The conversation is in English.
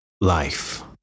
life